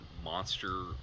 monster